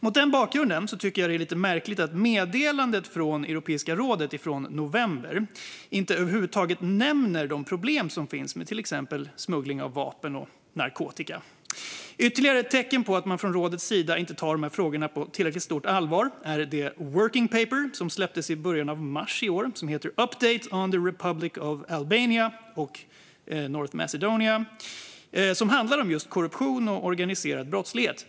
Mot den bakgrunden tycker jag att det är lite märkligt att meddelandet från Europeiska rådet i november inte över huvud taget nämner de problem som finns med till exempel smuggling av vapen och narkotika. Ytterligare ett tecken på att man från rådets sida inte tar frågorna på tillräckligt stort allvar är det working paper som släpptes i början av mars i år, Update on the Republic of Albania and the Republic of North Mace donia . Det handlar om just korruption och organiserad brottslighet.